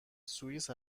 سوئیس